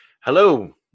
Hello